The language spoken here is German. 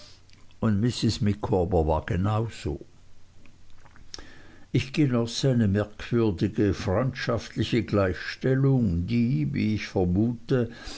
und mrs micawber war genau so ich genoß eine merkwürdige freundschaftliche gleichstellung die wie ich vermute